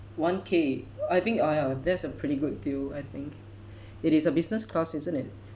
one K I think oh ya that's a pretty good deal I think it is a business class isn't it